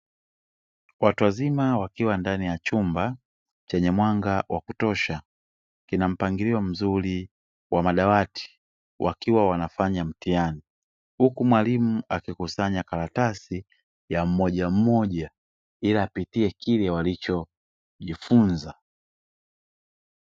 Watu wazima wakiwa ndani ya chumba chenye mwanga wa kutosha, kina mpangilio mzuri wa madawati wakiwa wanafanya mtihani, huku mwalimu akikusanya karatasi ya mmoja mmoja ili apitie kile walichojifunza.